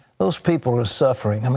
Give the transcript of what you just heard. those people are suffering. um